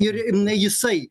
ir na jisai